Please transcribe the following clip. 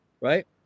right